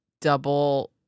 double